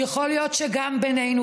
יכול להיות שגם בינינו,